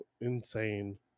insane